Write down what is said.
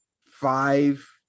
five